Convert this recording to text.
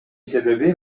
себеби